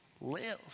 live